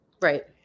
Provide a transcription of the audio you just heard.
right